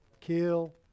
kill